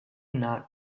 not